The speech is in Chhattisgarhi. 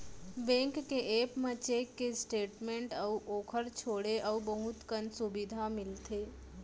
बैंक के ऐप म बेंक के स्टेट मेंट अउ ओकर छोंड़े अउ बहुत अकन सुबिधा मिलथे